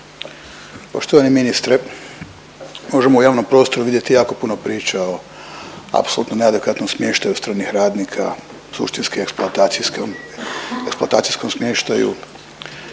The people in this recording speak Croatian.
Poštovani ministre. Možemo u javnom prostoru vidjeti jako puno priča o apsolutno neadekvatnom smještaju stranih radnika, suštinski eksploatacijskom smještaju.